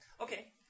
Okay